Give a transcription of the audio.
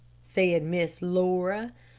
said miss laura.